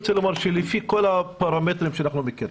לפי כל הפרמטרים שאנחנו נתקלים